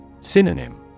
Synonym